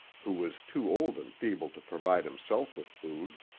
who was too old and feeble to provide himself with food.